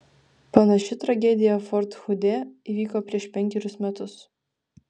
panaši tragedija fort hude įvyko prieš penkerius metus